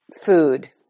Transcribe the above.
food